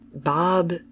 bob